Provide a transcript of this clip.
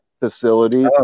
facility